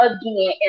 again